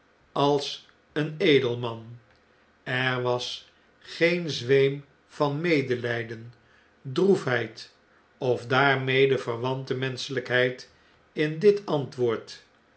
als een edelman i er was geen zweem van medelijden droefheid of daarmede verwante menschelijkheid in dit antwoord